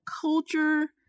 culture